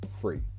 free